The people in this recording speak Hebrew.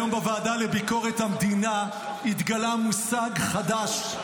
היום בוועדה לביקורת המדינה התגלה מושג חדש.